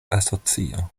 asocio